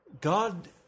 God